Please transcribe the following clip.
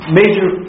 major